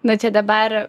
nu čia dabar